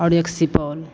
और एक सिपौल